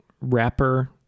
wrapper